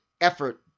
effort